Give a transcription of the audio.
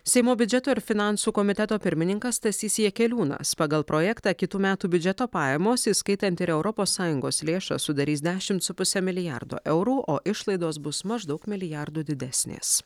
seimo biudžeto ir finansų komiteto pirmininkas stasys jakeliūnas pagal projektą kitų metų biudžeto pajamos įskaitant ir europos sąjungos lėšas sudarys dešimt su puse milijardo eurų o išlaidos bus maždaug milijardu didesnės